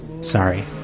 sorry